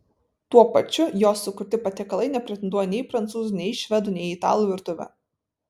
tuo pačiu jo sukurti patiekalai nepretenduoja nei į prancūzų nei į švedų nei į italų virtuvę